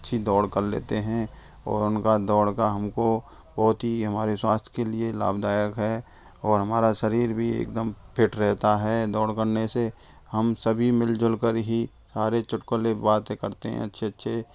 अच्छी दौड़ कर लेते हैं और उन का दौड़ का हम को बहुत ही हमारे स्वास्थ्य के लिए लाभदायक है और हमारा शरीर भी एक दम फिट रहता है दौड़ करने से हम सभी मिल जुल कर ही सारे चुटकुले बातें करते हैं अच्छे अच्छे